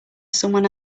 someone